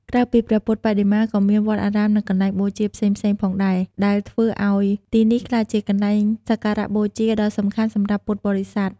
ក្រៅពីព្រះពុទ្ធបដិមា ក៏មានវត្តអារាមនិងកន្លែងបូជាផ្សេងៗផងដែរ ដែលធ្វើឲ្យទីនេះក្លាយជាកន្លែងសក្ការបូជាដ៏សំខាន់សម្រាប់ពុទ្ធបរិស័ទ។